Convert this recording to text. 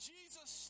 Jesus